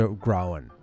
growing